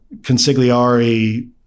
consigliari